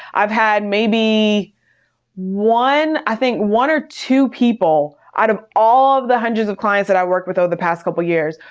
i've had maybe one, i think one or two people out of all of the hundreds of clients that i worked with over the past couple of years,